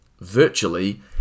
virtually